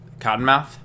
Cottonmouth